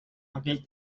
aquell